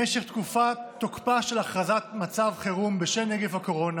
למשך תקופת תוקפה של הכרזת מצב חירום בשל נגיף הקורונה,